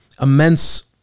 immense